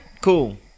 Cool